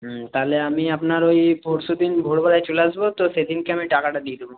হুম তাহলে আমি আপনার ওই পরশুদিন ভোরবেলায় চলে আসবো তো সেদিনকে আমি টাকাটা দিয়ে দেব